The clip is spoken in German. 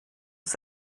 ist